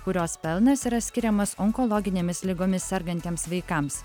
kurios pelnas yra skiriamas onkologinėmis ligomis sergantiems vaikams